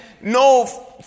no